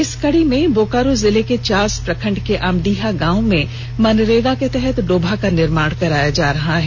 इसी कड़ी में बोकारो जिले के चास प्रखंड के आमडीहा गांव में मनरेगा के तहत डोभा का निर्माण कराया जा रहा है